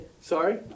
Sorry